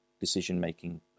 decision-making